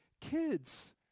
kids